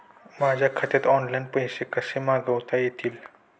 माझ्या खात्यात ऑनलाइन पैसे कसे मागवता येतील?